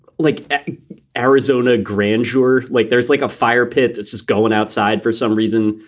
like arizona grandeur, like there's like a fire pit. it's just going outside for some reason.